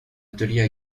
atelier